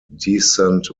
descent